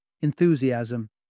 enthusiasm